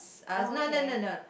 okay